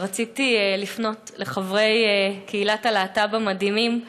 אבל רציתי לפנות לחברי קהילת הלהט"ב המדהימים,